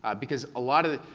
because a lot of the,